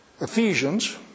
Ephesians